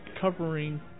covering